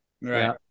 right